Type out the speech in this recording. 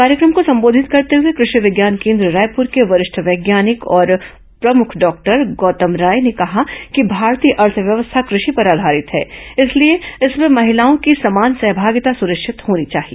कार्यक्रम को संबोधित करते हुए कृषि विज्ञान केन्द्र रायपुर के वरिष्ठ वैज्ञानिक और प्रमुख डॉक्टर गौतम राय ने कहा कि भारतीय अर्थव्यवस्था कृषि पर आधारित है इसलिए इसमें महिलाओं की समान सहभागिता सुनिश्चित होनी चाहिए